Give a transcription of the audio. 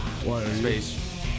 space